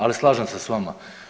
Ali slažem se s vama.